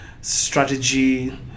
strategy